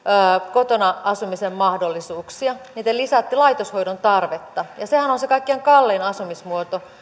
kotona asumisen mahdollisuuksia niin te lisäätte laitoshoidon tarvetta ja sehän on on se kaikkein kallein asumismuoto